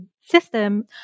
system